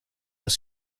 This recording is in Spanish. los